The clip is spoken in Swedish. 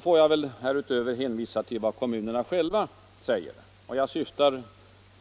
får jag väl härutöver hänvisa till vad kommunerna själva säger.